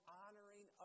honoring